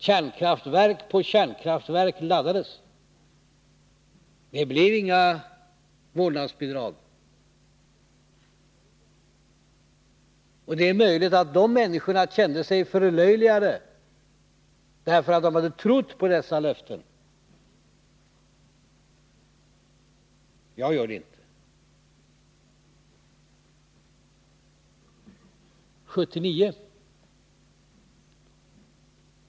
Kärnkraftverk efter kärnkraftverk laddades. Det blev inga vårdnadsbidrag. Det är möjligt att de människor som hade trott på dessa löften kände sig föriöjligade. Jag förlöjligar dem inte.